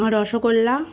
rasgulla